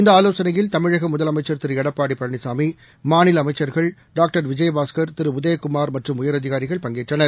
இந்தஆலோசனையில் தமிழகமுதலமைச்ச் திருளடப்பாடிபழனிசாமி மாநிலஅமைச்ச்கள் டாங்டர் விஜயபாஸ்கர் திருஉதயகுமார் மற்றும் உயரதிகாரிகள் பங்கேற்றனர்